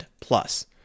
plus